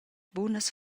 bunas